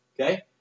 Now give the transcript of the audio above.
Okay